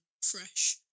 fresh